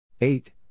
Eight